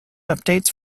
updates